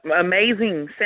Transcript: Amazing